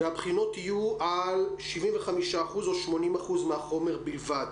והבחינות יהיו על 75% או 80% מהחומר בלבד.